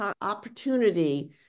opportunity